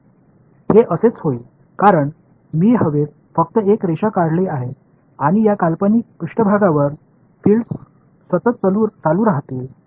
हे असेच होईल कारण मी हवेत फक्त एक रेषा काढली आहे आणि या काल्पनिक पृष्ठभागावर फील्ड्स सतत चालू राहतील